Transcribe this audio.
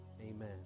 Amen